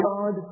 God